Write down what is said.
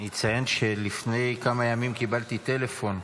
אני אציין שלפני כמה ימים קיבלתי טלפון,